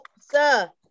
sir